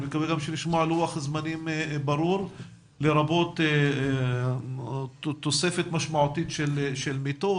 אני מקווה שגם נשמע לוח זמנים ברור לרבות תוספת משמעותית של מיטות,